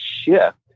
shift